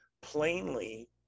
plainly